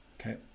Okay